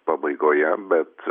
pabaigoje bet